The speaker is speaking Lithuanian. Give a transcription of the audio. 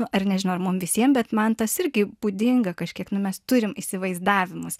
ar nežinau ar mum visiem bet man tas irgi būdinga kažkiek nu mes turim įsivaizdavimus